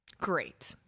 Great